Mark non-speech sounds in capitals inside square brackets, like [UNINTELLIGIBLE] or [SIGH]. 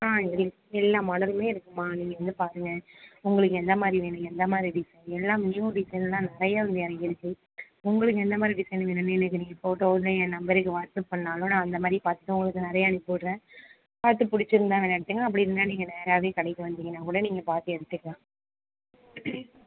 ஆ [UNINTELLIGIBLE] எல்லா மாடலுமே இருக்கும்மா நீங்கள் வந்து பாருங்கள் உங்களுக்கு எந்த மாதிரி வேணும் எந்த மாதிரி டிசைன் எல்லாம் நியூ டிசைன்லாம் நிறைய வந்து இறங்கிருக்கு உங்களுக்கு எந்த மாதிரி டிசைன் வேணும்ன்னு எனக்கு நீங்கள் போட்டோஸ் என் நம்பருக்கு வாட்ஸ்சப் பண்ணாலும் நான் அந்த மாதிரி பார்த்து நான் உங்களுக்கு நிறைய அனுப்பிவிடுறேன் பார்த்து பிடிச்சிருந்தா வேணா எடுத்துங்க அப்படி இல்லைனா நீங்கள் நேராகவே கடைக்கு வந்திங்கன்னா கூட நீங்கள் பார்த்து எடுத்துக்கலாம்